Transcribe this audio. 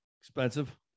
Expensive